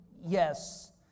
yes